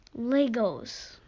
Legos